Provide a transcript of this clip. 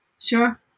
Sure